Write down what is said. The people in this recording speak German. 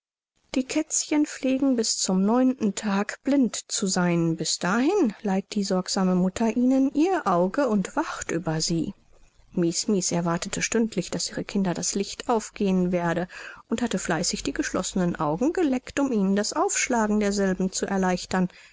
die kätzchen pflegen bis zum neunten tag blind zu sein bis dahin leiht die sorgsame mutter ihnen ihr auge und wacht über sie mies mies erwartete stündlich daß ihren kindern das licht aufgehen werde und hatte fleißig die geschlossenen augen geleckt um ihnen das aufschlagen derselben zu erleichtern